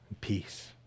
peace